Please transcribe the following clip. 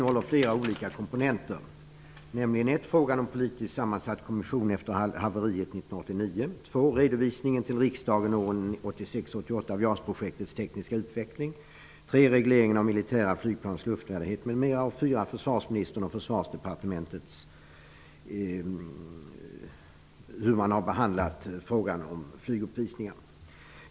Herr talman! Granskningsärendet JAS innehåller flera olika komponenter: Försvarsdepartementet har behandlat frågan om flyguppvisningar.